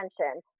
attention